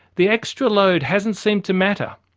the extra load hasn't seemed to matter.